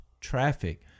traffic